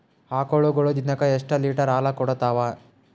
ಆಕಳುಗೊಳು ದಿನಕ್ಕ ಎಷ್ಟ ಲೀಟರ್ ಹಾಲ ಕುಡತಾವ?